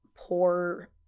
poor